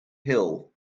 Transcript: hill